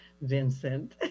Vincent